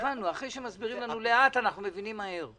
הבנו, אחרי שמסבירים לנו לאט אנחנו מבינים מהר.